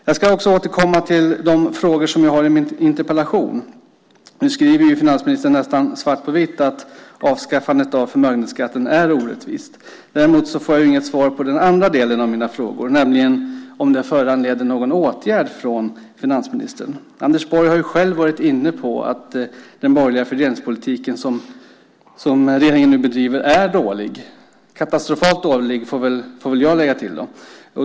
Jag ska återkomma till de frågor som jag har i min interpellation. Finansministern skriver nästan svart på vitt att avskaffandet av förmögenhetsskatten är orättvist. Däremot får jag inget svar på den andra delen av mina frågor, nämligen om detta föranleder någon åtgärd från finansministern. Anders Borg har själv varit inne på att den borgerliga fördelningspolitik som regeringen nu bedriver är dålig - katastrofalt dålig, får jag lägga till.